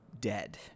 dead